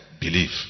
belief